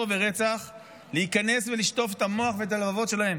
ורצח להיכנס ולשטוף את המוח ואת הלבבות שלהם?